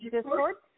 Discord